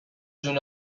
جون